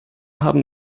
haben